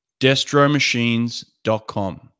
Destromachines.com